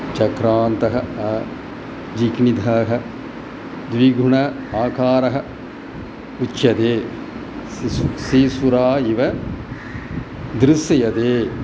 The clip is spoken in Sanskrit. चक्रान्तः चिह्नितः द्विगुणः अकारः उच्यते शिशु सीसुरा इव दृश्यते